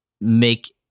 make –